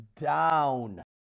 down